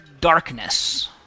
darkness